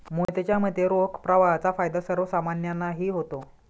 मोहितच्या मते, रोख प्रवाहाचा फायदा सर्वसामान्यांनाही होतो